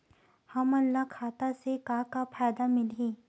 हमन ला खाता से का का फ़ायदा मिलही?